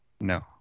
No